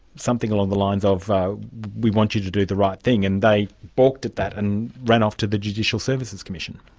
something along the lines of we want you to do the right thing, and they baulked at that, and ran off to the judicial services commission.